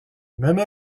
même